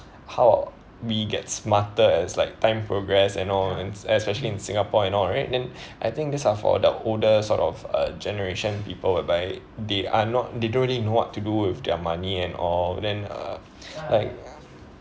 how we get smarter as like time progress and all and especially in singapore and all right then I think these are for the older sort of uh generation people whereby they are not they don't really know what to do with their money and all then uh like